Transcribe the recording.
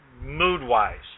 mood-wise